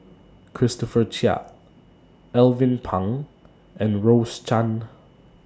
Christopher Chia Alvin Pang and Rose Chan